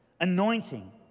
Anointing